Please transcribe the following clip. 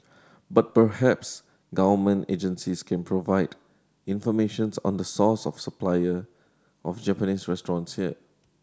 but perhaps Government agencies can provide information on the source of supplier of Japanese restaurants here